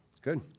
Good